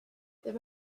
there